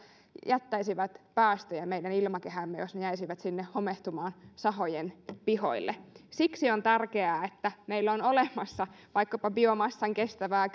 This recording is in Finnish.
jättäisivät päästöjä meidän ilmakehäämme jos ne jäisivät homehtumaan sinne sahojen pihoille siksi on tärkeää että meillä on olemassa vaikkapa biomassan kestävää